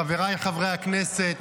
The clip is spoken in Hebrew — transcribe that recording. חבריי חברי הכנסת,